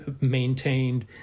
maintained